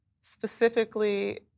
Specifically